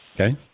Okay